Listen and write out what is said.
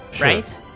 right